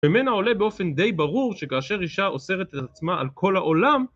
ממנה עולה באופן די ברור שכאשר אישה אוסרת את עצמה על כל העולם